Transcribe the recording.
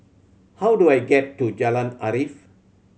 how do I get to Jalan Arif